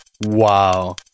Wow